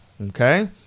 Okay